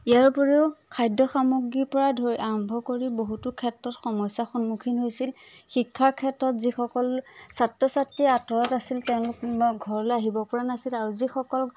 ইয়াৰ উপৰিও খাদ্য সামগ্ৰীৰপৰা ধৰি আৰম্ভ কৰি বহুতো ক্ষেত্ৰত সমস্যাৰ সন্মুখীন হৈছিল শিক্ষাৰ ক্ষেত্ৰত যিসকল ছাত্ৰ ছাত্ৰীয়ে আঁতৰত আছিল তেওঁলোক ঘৰলৈ আহিব পৰা নাছিল আৰু যিসকল